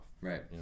Right